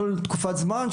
כל תקופת זמן,